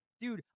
Dude